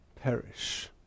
perish